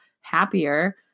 happier